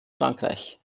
frankreich